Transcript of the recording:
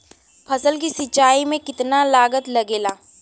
फसल की सिंचाई में कितना लागत लागेला?